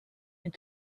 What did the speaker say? and